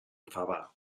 favar